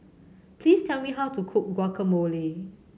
please tell me how to cook Guacamole